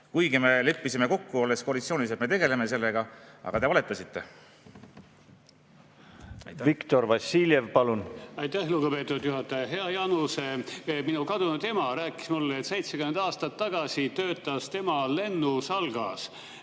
kuigi me koalitsioonis olles leppisime kokku, et me tegeleme sellega. Aga te valetasite. Viktor Vassiljev, palun! Aitäh, lugupeetud juhataja! Hea Jaanus! Minu kadunud ema rääkis mulle, et 70 aastat tagasi töötas ta lennusalgas,